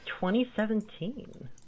2017